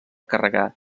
carregar